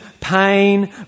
pain